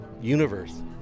universe